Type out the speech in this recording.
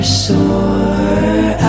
sore